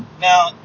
Now